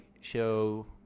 show